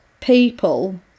people